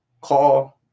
call